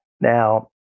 Now